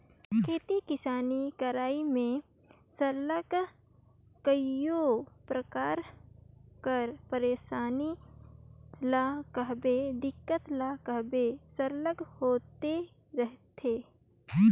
खेती किसानी करई में सरलग कइयो परकार कर पइरसानी ल कहबे दिक्कत ल कहबे सरलग होते रहथे